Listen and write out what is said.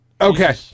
Okay